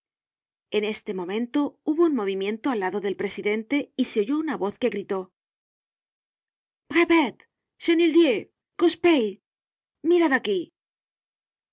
en este momento hubo un movimiento al lado del presidente y se oyó una voz que gritó